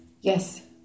Yes